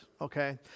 okay